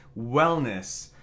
wellness